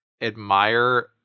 admire